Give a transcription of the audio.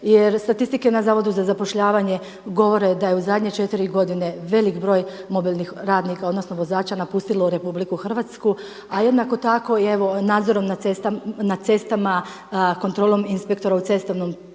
jer statistike na Zavodu za zapošljavanje govore da je u zadnje četiri godine mobilnih radnika odnosno vozača napustilo RH. A jednako tako evo nadzorom na cestama, kontrola inspektora u cestovnom prometu